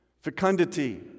fecundity